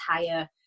entire